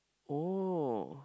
oh